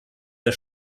der